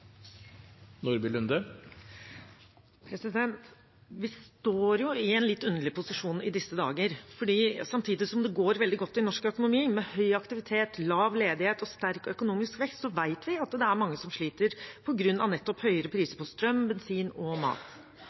Vi står i en litt underlig posisjon i disse dager. Samtidig som det går veldig godt i norsk økonomi, med høy aktivitet, lav ledighet og sterk økonomisk vekst, vet vi at det er mange som sliter på grunn av nettopp høyere priser på strøm, bensin og mat.